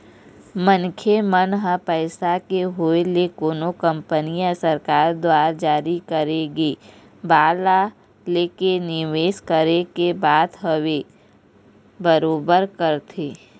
मनखे मन ह पइसा के होय ले कोनो कंपनी या सरकार दुवार जारी करे गे बांड ला लेके निवेस करे के बात होवय बरोबर करथे